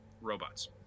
robots